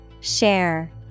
Share